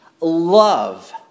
love